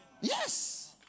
Yes